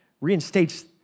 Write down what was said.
reinstates